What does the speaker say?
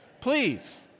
Please